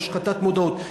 של השחתת מודעות,